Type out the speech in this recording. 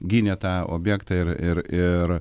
gynė tą objektą ir ir ir